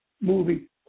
movie